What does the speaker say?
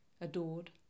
adored